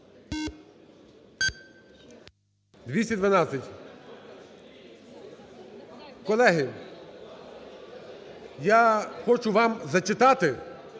За-212 Колеги, я хочу вам зачитати